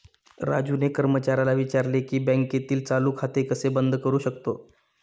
राजूने कर्मचाऱ्याला विचारले की बँकेतील चालू खाते कसे बंद करू शकतो?